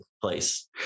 place